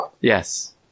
Yes